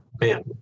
man